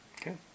Okay